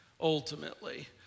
ultimately